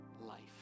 life